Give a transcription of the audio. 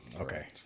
Okay